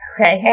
Okay